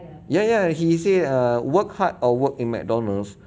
ya ya he say err work hard or work in mcdonald's